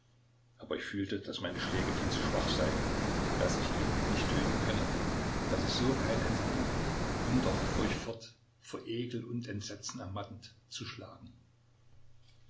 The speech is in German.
aber ich fühlte daß meine schläge viel zu schwach seien daß ich ihn nicht töten könne daß es so kein ende nehmen würde und doch fuhr ich fort vor ekel und entsetzen ermattend zu schlagen